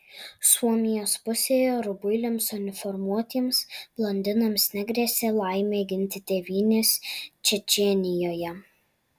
suomijos pusėje rubuiliams uniformuotiems blondinams negrėsė laimė ginti tėvynės čečėnijoje